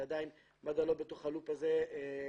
מד"א עדיין לא בתוך הלופ הזה כרגע,